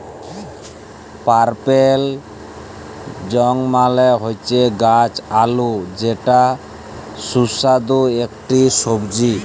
purple yam মালে হচ্যে গাছ আলু যেটা সুস্বাদু ইকটি সবজি